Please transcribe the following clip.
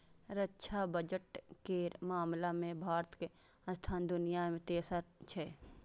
रक्षा बजट केर मामला मे भारतक स्थान दुनिया मे तेसर छै